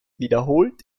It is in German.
wiederholt